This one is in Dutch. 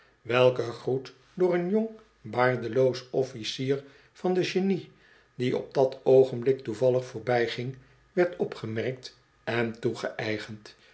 welke groet door een jong baardeloos officier van de genie die op dat oogenblik toevallig voorbijging werd opgemerkt en